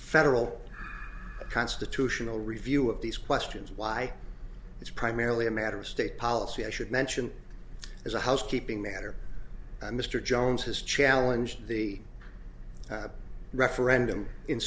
federal constitutional review of these questions why it's primarily a matter of state policy i should mention as a housekeeping matter and mr jones has challenge the referendum in